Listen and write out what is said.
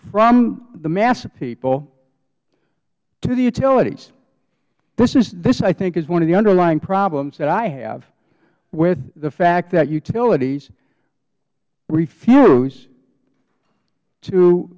from the mass of people to the utilities this i think is one of the underlying problems that i have with the fact that utilities refuse to